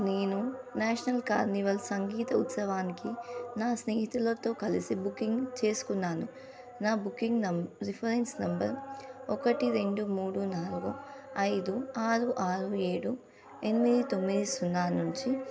నేను national carnival సంగీత ఉత్సవానికి నా స్నేహితులతో కలిసి బుకింగ్ చేసుకున్నాను నా బుకింగ్ నం రిఫరెన్స్ నెంబర్ ఒకటి రెండు మూడు నాలుగు ఐదు ఆరు ఆరు ఏడు ఎనిమిది తొమ్మిది సున్నా నుంచి